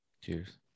Cheers